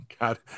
god